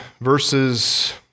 verses